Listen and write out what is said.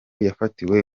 yafatiwe